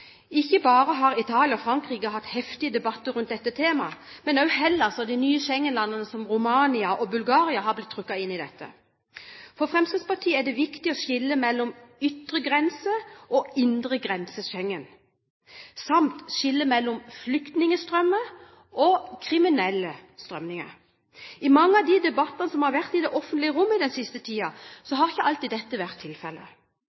Ikke bare har Italia og Frankrike hatt heftige debatter om dette temaet, men også Hellas og de nye Schengen-landene, som Romania og Bulgaria, har blitt trukket inn i dette. For Fremskrittspartiet er det viktig å skille mellom ytre og indre grense Schengen samt skille mellom flyktningstrømmer og kriminelle strømninger. I mange av de debattene som har vært i det offentlige rom den siste tiden, har ikke alltid dette vært tilfellet.